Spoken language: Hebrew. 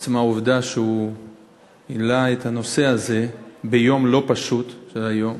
עצם העובדה שהוא העלה את הנושא הזה ביום לא פשוט כמו היום,